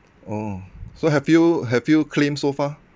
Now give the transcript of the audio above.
oh so have you have you claim so far